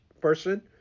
person